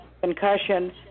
concussion